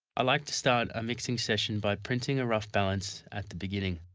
i like to start a mixing session by printing a rough balance at the beginning,